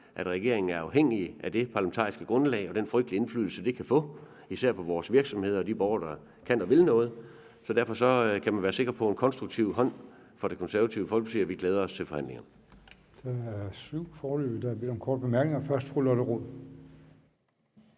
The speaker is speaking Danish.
at regeringen er afhængig af det parlamentariske grundlag. Det kan få en frygtelig indflydelse, især på vores virksomheder og de borgere, der kan og vil noget. Så derfor kan man være sikker på en konstruktiv hånd fra Det Konservative Folkeparti, og vi glæder os til forhandlingerne.